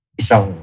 isang